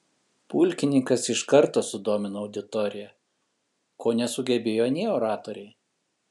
pulkininkas iš karto sudomino auditoriją ko nesugebėjo anie oratoriai